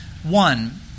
One